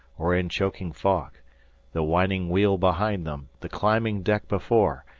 or in choking fog the whining wheel behind them, the climbing deck before,